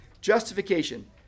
Justification